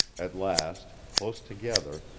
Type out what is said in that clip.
at last, close together,